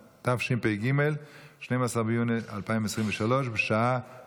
ההצעה להעביר את הנושא לוועדת החוץ והביטחון נתקבלה.